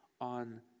on